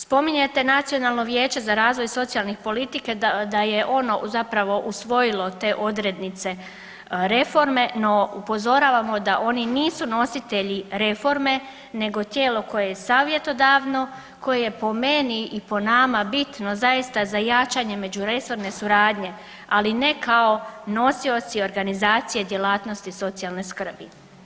Spominjete Nacionalno vijeće za razvoj socijalne politike da je ono zapravo usvojilo te odrednice reforme, no upozoravamo da oni nisu nositelji reforme nego tijelo koje je savjetodavno, koje je po meni i po nama bitno zaista za jačanje međuresorne suradnje ali ne kao nosioci organizacije djelatnosti socijalne skrbi.